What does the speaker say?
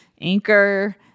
anchor